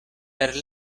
per